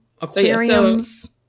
aquariums